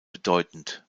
bedeutend